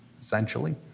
essentially